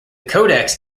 codex